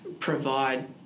provide